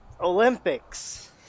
Olympics